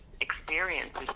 experiences